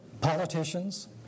politicians